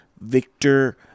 Victor